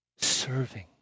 Serving